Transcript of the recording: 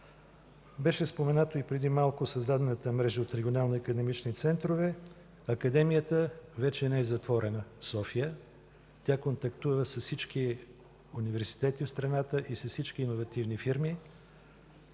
Беше споменато преди малко и за създадената мрежа от регионални академични центрове. Академията в София вече не е затворена, тя контактува с всички университети в страната и с всички иновативни фирми.